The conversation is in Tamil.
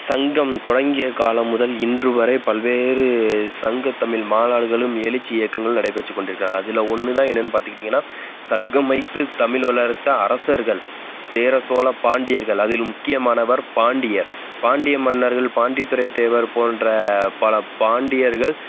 சங்கம் தொடங்கிய காலம் முதல் இன்று வரை பல்வேறு சங்கத்தமில் மாநாடுகளும் எழுச்சி இயக்கங்கள் நடைபெற்று கொண்டிருக்கின்றன அதில் ஒன்றுதான் என்னன்னு பார்த்துக்கிட்டிங்கன்னா சங்கம் வைத்து தமிழ் வளர்த்த அரசர்கள் சேர சோழ பாண்டியர்கள் அதில் முக்கியமானவர் பாண்டியர் பாண்டிய மன்னர்கள் பாண்டித்துரைத் தேவர் போன்ற பல பாண்டியர்கள்